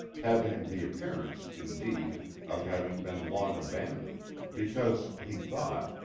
having the appearance, indeed, of having been long abandoned, because, he thought,